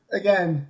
again